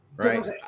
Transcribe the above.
Right